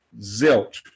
zilch